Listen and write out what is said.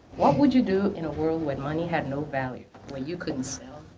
what would you do in a world where money had no value? where you couldn't